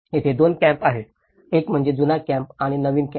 तेथे दोन कॅम्प आहेत एक म्हणजे जुना कॅम्प आणि नवीन कॅम्प